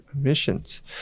emissions